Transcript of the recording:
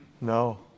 No